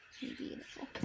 Beautiful